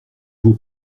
vaut